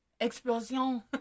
Explosion